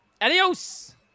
Adios